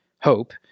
Hope